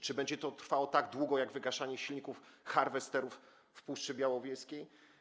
Czy będzie to trwało tak długo, jak wygaszanie silników harvesterów w Puszczy Białowieskiej?